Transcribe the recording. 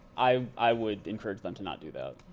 i i would encourage them to not do that.